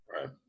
Right